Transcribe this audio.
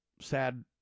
sad